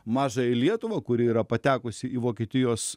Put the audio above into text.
mažąją lietuvą kuri yra patekusi į vokietijos